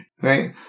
right